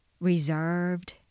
reserved